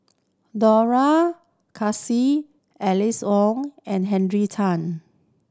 Dollah Kassim Alice Ong and Henry Tan